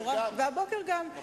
היית מחובר גם לסוכנות היהודית וגם